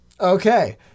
Okay